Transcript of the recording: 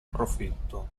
profitto